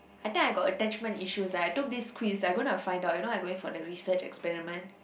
I think I got attachment issues like I took this quiz I gonna find out you know I going for the research experiment